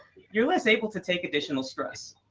you're less able to take additional stress.